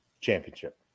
championship